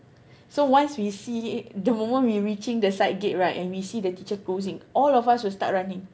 so once we see the moment we reaching the side gate right and we see the teacher closing all of us will start running